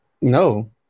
No